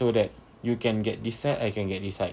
so that you can get this side I can get this side